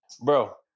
Bro